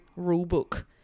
rulebook